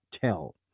tell